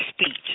speech